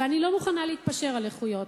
אני לא מוכנה להתפשר על איכויות.